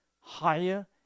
higher